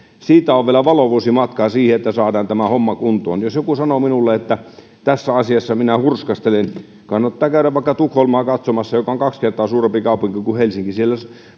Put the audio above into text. siitä on vielä valovuosi matkaa siihen että saadaan tämä homma kuntoon jos joku sanoo minulle että minä hurskastelen kannattaa käydä katsomassa vaikka tukholmaa joka on kaksi kertaa suurempi kaupunki kuin helsinki siellä